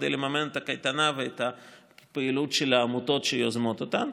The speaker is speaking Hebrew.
כדי לממן את הקייטנה ואת הפעילות של העמותות שיוזמות אותן,